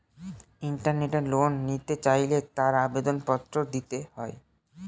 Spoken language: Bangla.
ইন্টারনেটে লোন নিতে চাইলে তার আবেদন পত্র দিতে হয়